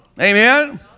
Amen